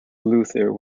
luthor